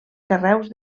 carreus